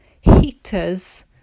heaters